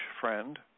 friend